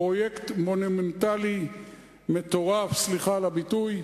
פרויקט מונומנטלי מטורף, סליחה על הביטוי.